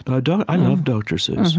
but and i love dr. seuss.